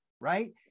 Right